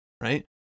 Right